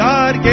God